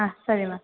ಹಾಂ ಸರಿ ಮ್ಯಾಮ್